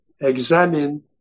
examine